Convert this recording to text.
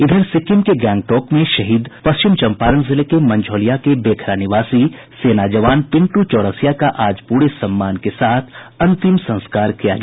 इधर सिक्किम के गंगटौक में शहीद पश्चिम चंपारण जिले के मंझौलिया के बेखरा निवासी सेना के जवान पिंटू चौरसिया का आज पूरे सम्मान के साथ अंतिम संस्कार किया गया